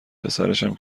پسرشم